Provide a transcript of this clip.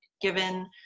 given